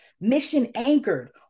mission-anchored